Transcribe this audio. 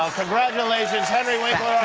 ah congratulations. henry winkler,